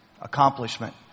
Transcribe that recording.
accomplishment